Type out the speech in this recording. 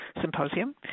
symposium